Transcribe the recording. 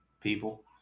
people